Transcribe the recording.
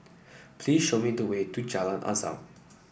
please show me the way to Jalan Azam